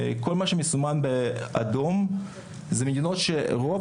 כל מה שמסומן באדום הן מדינות שרוב